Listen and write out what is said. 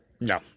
No